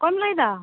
ᱚᱠᱚᱭᱮᱢ ᱞᱟᱹᱭᱫᱟ